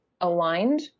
aligned